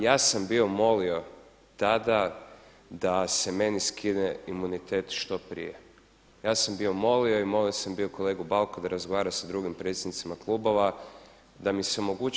Ja sam bio molio tada da se meni skine imunitet što prije, ja sam bio molio i molio sam bio kolegu Bauka da razgovara sa drugim predsjednicima klubova da mi se omogući.